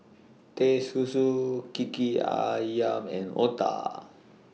Teh Susu Kiki Ayam and Otah